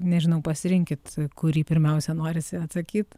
nežinau pasirinkit kurį pirmiausia norisi atsakyt